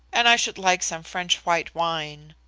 and i should like some french white wine.